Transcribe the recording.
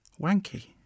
wanky